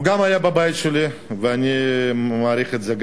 הוא גם היה בבית שלי ואני מעריך את זה,